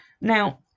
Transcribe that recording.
Now